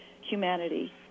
humanity